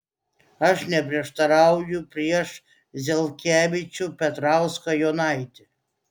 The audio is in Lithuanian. aš neprieštarauju prieš zelkevičių petrauską jonaitį